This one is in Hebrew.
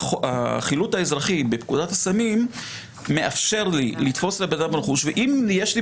החילוט האזרחי בפקודת הסמים מאפשר לי לתפוס לבן אדם רכוש ואם יש לי